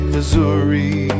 Missouri